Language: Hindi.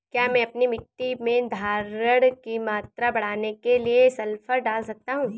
क्या मैं अपनी मिट्टी में धारण की मात्रा बढ़ाने के लिए सल्फर डाल सकता हूँ?